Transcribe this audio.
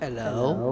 Hello